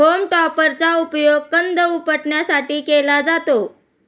home टॉपरचा उपयोग कंद उपटण्यासाठी केला जातो